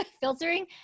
filtering